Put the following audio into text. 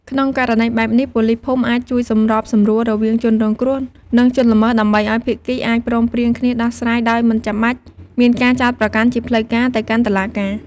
ក្នុងករណីបែបនេះ ប៉ូលីសភូមិអាចជួយសម្របសម្រួលរវាងជនរងគ្រោះ និងជនល្មើស ដើម្បីឱ្យ ភាគីអាចព្រមព្រៀងគ្នាដោះស្រាយដោយមិនចាំបាច់មានការចោទប្រកាន់ជាផ្លូវការ ទៅកាន់តុលាការ។